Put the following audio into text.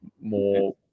more